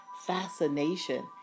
fascination